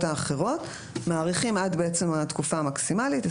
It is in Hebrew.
האחרות מאריכים עד בעצם התקופה המקסימלית,